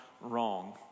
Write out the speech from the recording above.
wrong